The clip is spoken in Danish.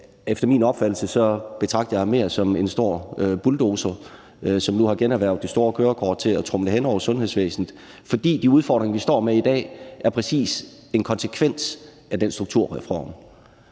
sundhedsarkitekt. Jeg betragter ham mere som en stor bulldozer, som nu har generhvervet det store kørekort til at tromle hen over sundhedsvæsenet. For de udfordringer, vi står med i dag, er netop en konsekvens af den strukturreform,